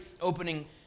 opening